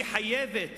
היא חייבת